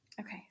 Okay